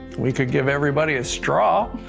we can give everybody a straw.